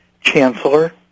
Chancellor